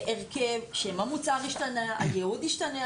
הרכב, שם המוצר השתנה, הייעוד השתנה.